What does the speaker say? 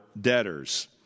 debtors